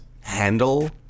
handle